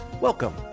Welcome